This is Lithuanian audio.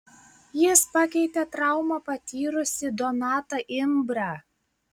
jis pakeitė traumą patyrusį donatą imbrą